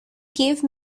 gave